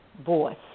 voice